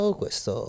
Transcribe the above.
questo